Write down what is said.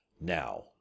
Now